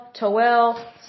Toel